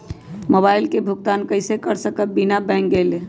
Mobile के भुगतान कईसे कर सकब बिना बैंक गईले?